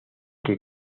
que